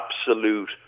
absolute